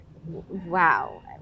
wow